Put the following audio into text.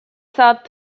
thought